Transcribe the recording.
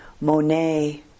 Monet